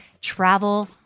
travel